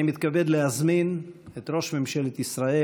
אני מתכבד להזמין את ראש ממשלת ישראל